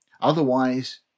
Otherwise